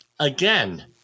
Again